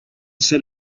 said